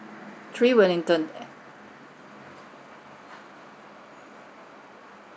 three wellington